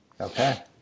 Okay